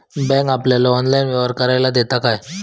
Bank आपल्याला online व्यवहार करायला देता काय?